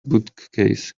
bookcase